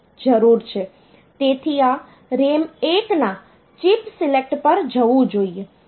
તેથી આ RAM1 ના ચિપ સિલેક્ટ પર જવું જોઈએ